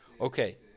okay